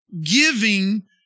giving